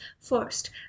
first